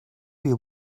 you